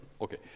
okay